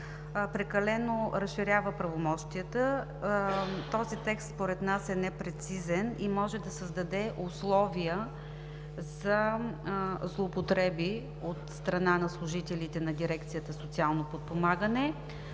прекалено разширява правомощията. Този текст според нас е непрецизен и може да създаде условия за злоупотреби от страна на служителите на дирекциите „Социално подпомагане“.